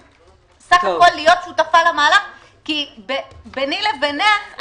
בסך הכול היא רוצה להיות שותפה למהלך כי ביני לבינך,